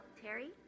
Terry